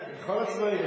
בכל הצבעים.